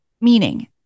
meaning